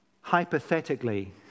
hypothetically